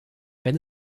wenn